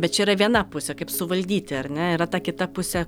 bet čia yra viena pusė kaip suvaldyti ar ne yra ta kita pusė